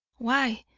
why,